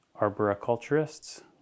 Arboriculturists